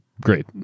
Great